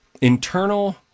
internal